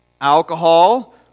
alcohol